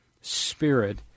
spirit